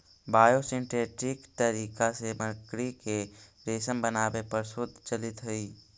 biosynthetic तरीका से मकड़ी के रेशम बनावे पर शोध चलित हई